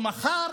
או מחר,